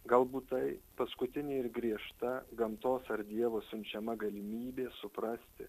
galbūt tai paskutinė ir griežta gamtos ar dievo siunčiama galimybė suprasti